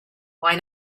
why